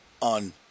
on